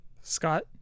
Scott